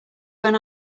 when